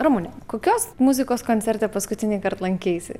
ramune kokios muzikos koncerte paskutinį kart lankeisi